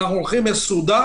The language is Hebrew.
אנחנו הולכים מסודר,